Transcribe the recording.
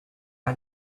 had